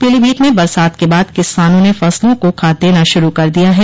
पीलीभीत में बरसात के बाद किसानों ने फसलों को खाद देना शुरू कर दिया है